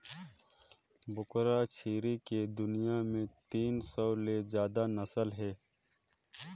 बोकरा छेरी के दुनियां में तीन सौ ले जादा नसल हे